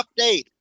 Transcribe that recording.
update